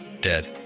Dead